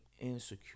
insecure